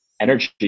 energy